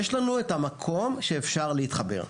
יש לנו את המקום שאפשר להתחבר.